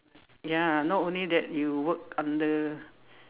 ya not only that you work under